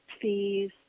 fees